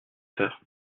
peur